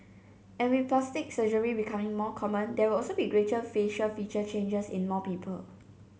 and with plastic surgery becoming more common there will also be greater facial feature changes in more people